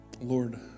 Lord